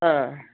ஆ